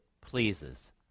pleases